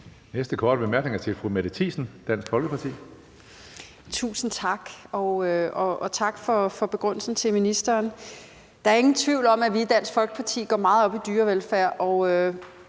Næste korte bemærkning er til fru Mette Thiesen, Dansk Folkeparti. Kl. 14:30 Mette Thiesen (DF): Tusind tak, og tak til ministeren for begrundelsen. Der er ingen tvivl om, at vi i Dansk Folkeparti går meget op i dyrevelfærd.